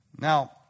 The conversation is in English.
Now